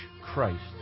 Christ